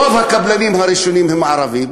רוב הקבלנים הראשיים הם יהודים,